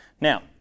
Now